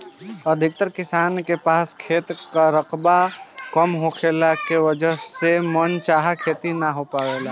अधिकतर किसान के पास खेत कअ रकबा कम होखला के वजह से मन चाहा खेती नाइ हो पावेला